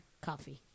coffee